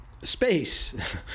Space